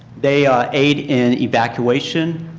they ah aid in evacuation